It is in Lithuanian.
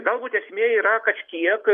galbūt esmė yra kažkiek